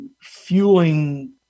fueling